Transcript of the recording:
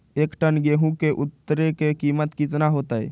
एक टन गेंहू के उतरे के कीमत कितना होतई?